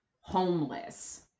homeless